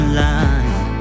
line